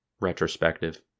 retrospective